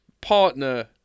partner